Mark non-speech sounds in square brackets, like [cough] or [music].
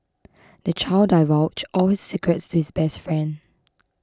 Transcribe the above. [noise] the child divulged all his secrets to his best friend